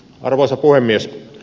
arvoisa puhemies